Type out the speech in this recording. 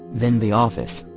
then the office,